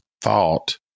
thought